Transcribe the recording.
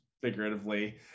figuratively